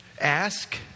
Ask